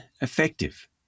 effective